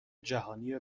جهانی